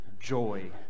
joy